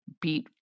beat